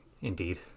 Indeed